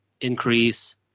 increase